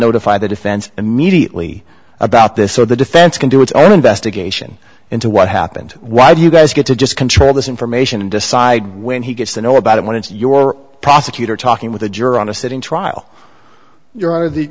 notify the defense immediately about this so the defense can do its own investigation into what happened why do you guys get to just control this information and decide when he gets to know about it when it's your prosecutor talking with a juror on a sitting trial your hon